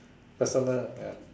personal ya